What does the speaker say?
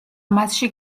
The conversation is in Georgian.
მასში